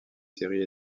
séries